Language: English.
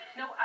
no